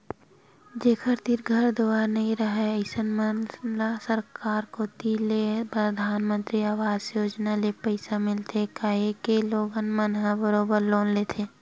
जेखर तीर घर दुवार नइ राहय अइसन म सरकार कोती ले परधानमंतरी अवास योजना ले पइसा मिलथे कहिके लोगन मन ह बरोबर लोन लेथे